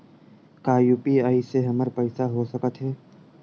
का यू.पी.आई से हमर पईसा हो सकत हे?